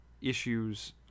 issues